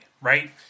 right